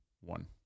one